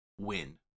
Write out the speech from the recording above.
win